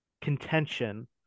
contention